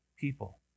people